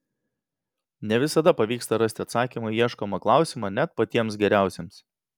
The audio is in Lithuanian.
ne visada pavyksta rasti atsakymą į ieškomą klausimą net patiems geriausiems